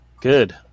Good